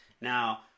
Now